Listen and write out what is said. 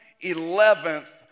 eleventh